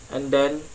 and then